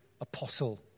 apostle